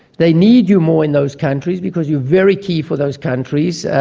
they need you more in those countries because you're very key for those countries.